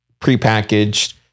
prepackaged